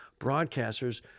broadcasters